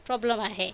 problem आहे